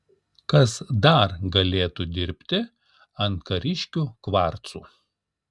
kas dar gali dirbti ant kariškių kvarcų